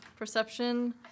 perception